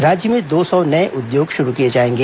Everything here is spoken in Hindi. राज्य में दो सौ नए उद्योग शुरू किए जाएंगे